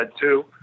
two